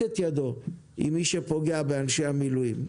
את ידו עם מי שפוגע באנשי המילואים.